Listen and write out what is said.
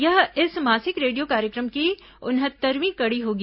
यह इस मासिक रेडियो कार्यक्रम की उनहत्तरवीं कड़ी होगी